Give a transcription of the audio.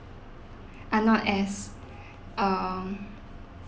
are not as um